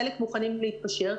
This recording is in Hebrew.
חלק מוכנים להתפשר,